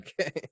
Okay